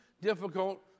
difficult